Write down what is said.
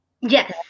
yes